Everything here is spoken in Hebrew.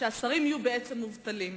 שהשרים יהיו בעצם מובטלים".